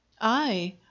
I